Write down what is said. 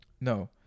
No